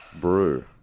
brew